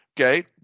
Okay